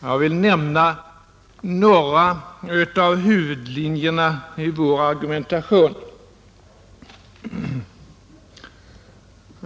Jag vill nämna några huvudlinjer i vår argumentation.